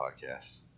podcasts